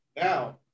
Now